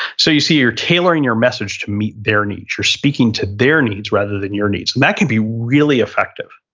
so, you see, you're tailoring your message to meet their needs, you're speaking to their needs rather than your needs, and that can be really effective.